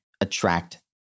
attract